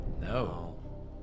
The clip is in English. No